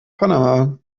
panama